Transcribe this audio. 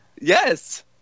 Yes